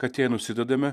kad jei nusidedame